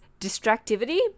distractivity